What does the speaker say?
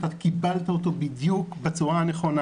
אתה קיבלת אותו בדיוק בצורה הנכונה.